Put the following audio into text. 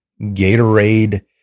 Gatorade